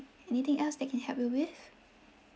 anything else that I can help you with